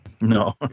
No